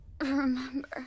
remember